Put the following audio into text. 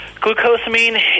Glucosamine